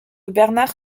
bernard